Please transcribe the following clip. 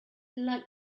like